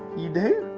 you do?